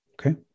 Okay